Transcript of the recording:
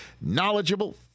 knowledgeable